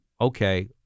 okay